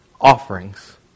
offerings